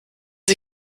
sie